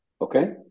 Okay